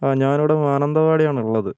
ആ ഞാൻ ഇവിടെ മാനന്തവാടിയാണ് ഉള്ളത്